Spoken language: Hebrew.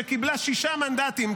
שקיבלה שישה מנדטים,